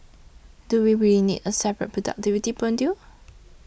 do we really need a separate productivity module